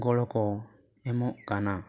ᱜᱚᱲᱚ ᱠᱚ ᱮᱢᱚᱜ ᱠᱟᱱᱟ